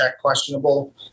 questionable